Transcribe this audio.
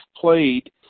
played